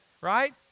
right